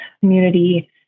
community